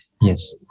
yes